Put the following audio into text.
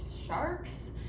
sharks